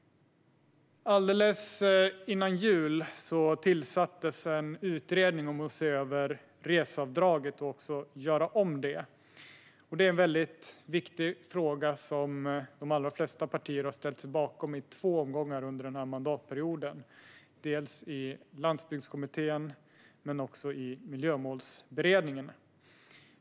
Alldeles före jul tillsattes en utredning om att se över reseavdraget och göra om det. Detta är en väldigt viktig fråga som de allra flesta partier har ställt sig bakom i två omgångar under denna mandatperiod, dels i Landsbygdskommittén, dels i Miljömålsberedningen.